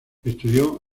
estudió